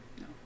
No